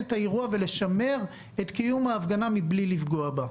את האירוע ולשמר את קיום ההפגנה מבלי לפגוע בה.